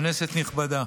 כנסת נכבדה,